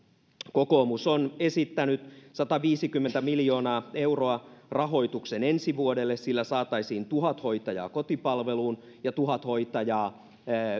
kokoomus on esittänyt sataviisikymmentä miljoonaa euroa rahoitukseen ensi vuodelle sillä saataisiin tuhat hoitajaa kotipalveluun ja tuhat hoitajaa